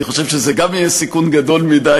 אני חושב שזה גם יהיה סיכון גדול מדי,